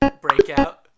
breakout